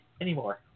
anymore